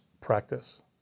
practice